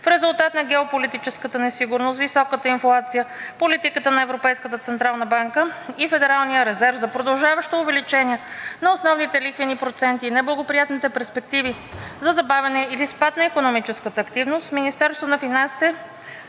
в резултат на геополитическата несигурност, високата инфлация, политиката на Европейската централна банка и Федералния резерв за продължаващо увеличаване на основните лихвени проценти, неблагоприятните перспективи за забавяне или спад на икономическата активност, Министерството на финансите